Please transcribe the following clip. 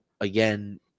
again